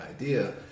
idea